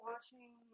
Watching